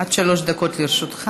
עד שלוש דקות לרשותך.